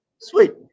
Sweet